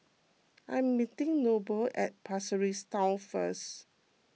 I am meeting Noble at Pasir Ris Town first